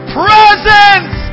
presence